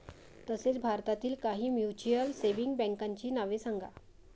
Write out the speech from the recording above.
तसेच भारतातील काही म्युच्युअल सेव्हिंग बँकांची नावे सांगा